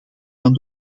van